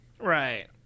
Right